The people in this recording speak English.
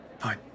Hi